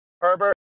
Herbert